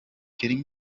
kidding